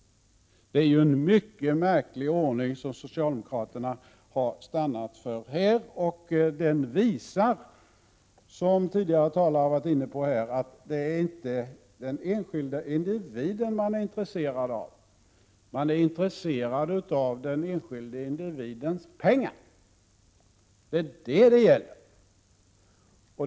Det är en mycket märklig ordning som socialdemokraterna har stannat för, och den visar, vilket tidigare talare har varit inne på, att man inte är intresserad av den enskilde individen utan av den enskilde individens pengar — det är vad det gäller.